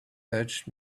urged